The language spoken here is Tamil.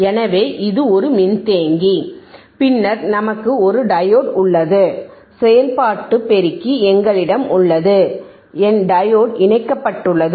எனவே இது ஒரு மின்தேக்கி பின்னர் நமக்கு ஒரு டையோடு உள்ளது செயல்பாட்டு பெருக்கி எங்களிடம் உள்ளது என் டையோடு இணைக்கப்பட்டுள்ளது